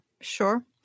Sure